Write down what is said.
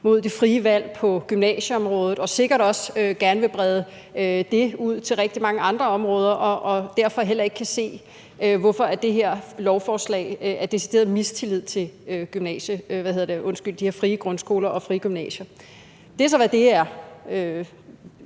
mod det frie valg på gymnasieområdet, og sikkert også gerne vil brede det ud til rigtig mange andre områder og derfor heller ikke kan se, hvorfor det her lovforslag er decideret mistillid til de her frie grundskoler og frie gymnasier. Det er så, hvad det er.